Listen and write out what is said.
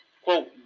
Quote